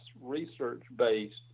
research-based